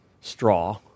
straw